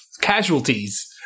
casualties-